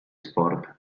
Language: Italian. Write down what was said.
sport